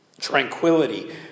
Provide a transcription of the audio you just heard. tranquility